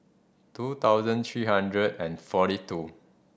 two thousand three hundred and forty two